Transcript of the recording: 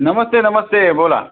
नमस्ते नमस्ते बोला